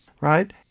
right